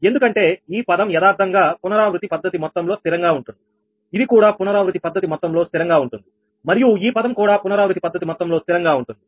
ఎందుకంటే ఈ పదం యదార్ధంగా పునరావృత్తి పద్ధతి మొత్తంలో స్థిరంగా ఉంటుందిఇది కూడా పునరావృత్తి పద్ధతి మొత్తంలో స్థిరంగా ఉంటుంది మరియు ఈ పదం కూడా పునరావృత్తి పద్ధతి మొత్తంలో స్థిరంగా ఉంటుంది